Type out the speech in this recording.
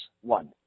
One